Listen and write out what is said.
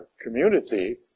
community